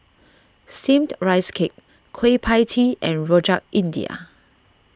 Steamed Rice Cake Kueh Pie Tee and Rojak India